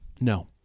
No